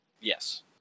Yes